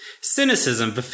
Cynicism